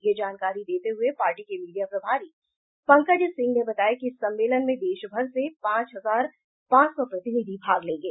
ये जानकारी देते हुए पार्टी के मीडिया प्रभारी पंकज सिंह ने बताया कि इस सम्मेलन में देश भर से पांच हजार पांच सौ प्रतिनिधि भाग लेंगे